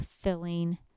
filling